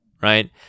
right